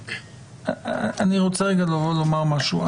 אני רוצה לומר משהו.